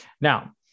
Now